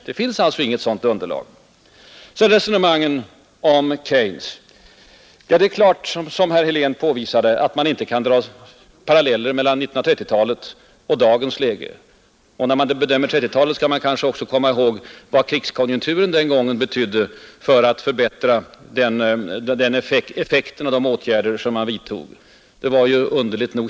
Där finns alltså inget underlag för optimism, Så till resonemangen om Keynes. Det är riktigt som herr Helén påvisade att man inte kan dra paralleller mellan 1930-talet och dagens läge. När man bedömer 1930-talet bör man också komma ihåg vad krigskonjunkturen den gången betydde för att förbättra effekten av de åtgärder som vi vidtog i vårt land.